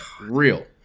real